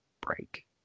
break